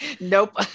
nope